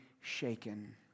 shaken